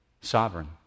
Sovereign